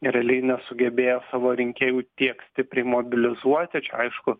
realiai nesugebėjo savo rinkėjų tiek stipriai mobilizuoti čia aišku